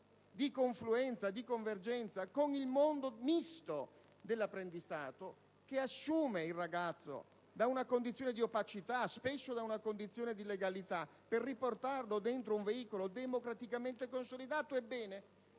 regolare di convergenza con il mondo misto dell'apprendistato, che assume il ragazzo da una condizione di opacità, spesso di illegalità, per riportarlo dentro un veicolo democraticamente consolidato; ebbene,